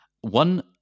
One